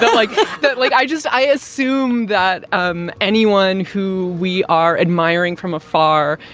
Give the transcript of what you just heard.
like but like, i just i assume that um anyone who we are admiring from afar,